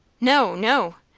no, no!